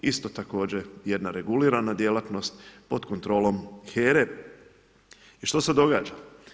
Isto također jedna regulirana djelatnost, pod kontrolom HERA-e. i što se događa?